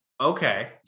Okay